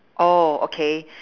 oh okay